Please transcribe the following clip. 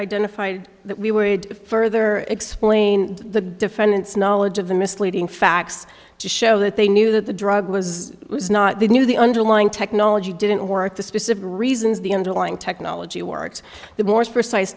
identified that we would further explain the defendant's knowledge of the misleading facts to show that they knew that the drug was not the new the underlying technology didn't warrant the specific reasons the underlying technology works the morse precise